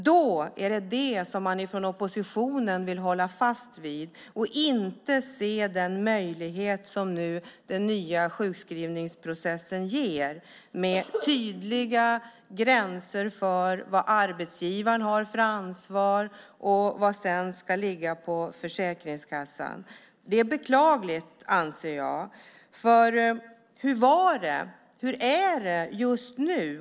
Då är det detta som man från oppositionen vill hålla fast vid. Man vill inte se den möjlighet som den nya sjukskrivningsprocessen ger med tydliga gränser för vad arbetsgivaren har för ansvar och vad som sedan ska ligga på Försäkringskassan. Det är beklagligt anser jag. Hur är det just nu?